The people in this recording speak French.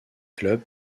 clubs